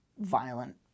violent